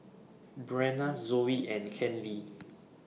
Brenna Zoey and Kenley